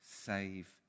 save